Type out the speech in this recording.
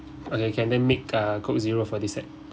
okay can then make uh coke zero for this set